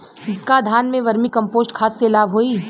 का धान में वर्मी कंपोस्ट खाद से लाभ होई?